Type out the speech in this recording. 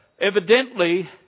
evidently